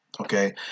Okay